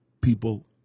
people